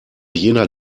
jener